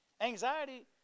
Anxiety